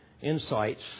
insights